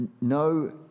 no